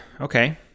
okay